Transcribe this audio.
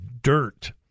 dirt